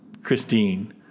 Christine